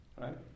right